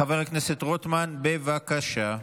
חבר הכנסת רוטמן, בבקשה.